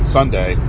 Sunday